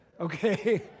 Okay